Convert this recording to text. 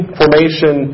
formation